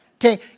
Okay